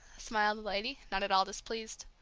smiled the lady, not at all displeased.